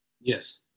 Yes